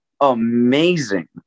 amazing